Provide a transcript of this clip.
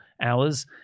hours